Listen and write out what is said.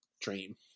dream